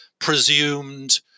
presumed